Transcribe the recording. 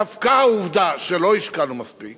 דווקא העובדה שלא השקענו מספיק